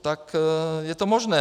Tak je to možné.